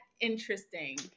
interesting